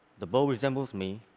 the bow resembles me,